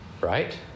right